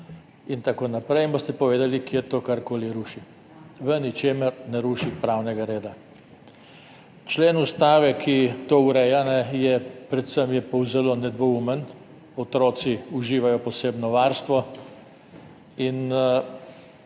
in tako naprej in boste povedali, kje to karkoli ruši. V ničemer ne ruši pravnega reda. Člen ustave, ki to ureja, je zelo nedvoumen – otroci uživajo posebno varstvo.